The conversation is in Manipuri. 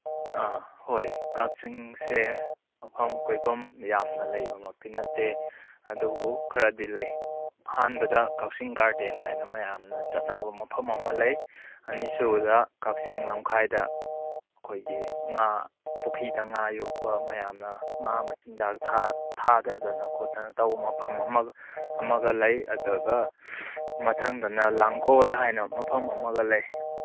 ꯑꯥ ꯍꯣꯏ ꯀꯛꯆꯤꯡꯁꯦ ꯃꯐꯝ ꯀꯣꯏꯕꯝ ꯌꯥꯝꯅ ꯂꯩꯕꯃꯛꯇꯤ ꯅꯠꯇꯦ ꯑꯗꯨꯕꯨ ꯈꯔꯗꯤ ꯂꯩ ꯑꯍꯥꯟꯕꯗ ꯀꯛꯆꯤꯡ ꯒꯥꯔꯗꯦꯟ ꯍꯥꯏꯅ ꯃꯌꯥꯝꯅ ꯆꯠꯅꯔꯤꯕ ꯃꯐꯝ ꯑꯃ ꯂꯩ ꯑꯅꯤꯁꯨꯕꯗ ꯀꯛꯆꯤꯡ ꯂꯝꯈꯥꯏꯗ ꯑꯩꯈꯣꯏꯒꯤ ꯉꯥ ꯄꯨꯈꯤꯗ ꯉꯥ ꯌꯣꯛꯄ ꯃꯌꯥꯝꯅ ꯉꯥ ꯃꯆꯤꯟꯖꯥꯛ ꯊꯥꯗꯗꯅ ꯈꯣꯠꯇꯅ ꯇꯧꯕ ꯃꯐꯝ ꯑꯃ ꯑꯃꯒ ꯂꯩ ꯑꯗꯨꯒ ꯃꯊꯪꯗꯅ ꯂꯥꯡꯒꯣꯜ ꯍꯥꯏꯅ ꯃꯐꯝ ꯑꯃꯒ ꯂꯩ